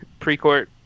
Precourt